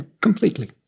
completely